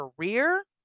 career